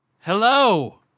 Hello